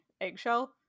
eggshell